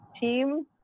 team